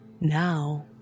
Now